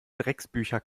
drecksbücher